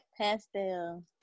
pastel